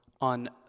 on